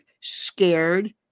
scared